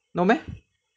ah ya ya ya